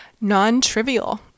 Non-trivial